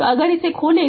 तो अगर इसे खोलें